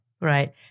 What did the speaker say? Right